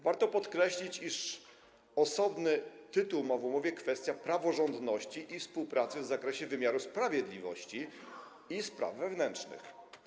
Warto podkreślić, iż osobny tytuł ma w umowie kwestia praworządności i współpracy w zakresie wymiaru sprawiedliwości i spraw wewnętrznych.